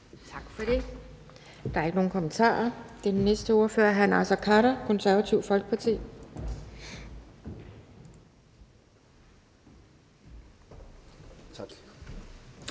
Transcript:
Tak for det. Der er ikke nogen kommentarer. Den næste ordfører er hr. Naser Khader, Det Konservative Folkeparti. Kl.